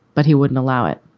but he wouldn't allow it.